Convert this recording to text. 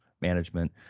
management